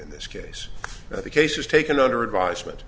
in this case that the case was taken under advisement